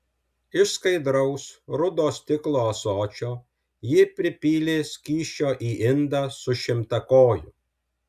iš skaidraus rudo stiklo ąsočio ji pripylė skysčio į indą su šimtakoju